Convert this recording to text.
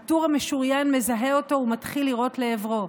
הטור המשוריין מזהה אותו ומתחיל לירות לעברו.